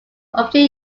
often